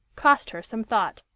cost her some thought.